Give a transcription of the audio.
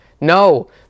no